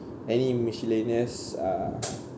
any miscellaneous uh